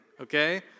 okay